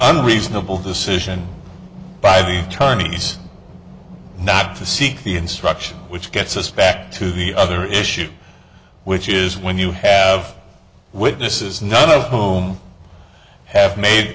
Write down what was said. unreasonable decision by the chinese not to seek the instruction which gets us back to the other issue which is when you have witnesses none of whom have made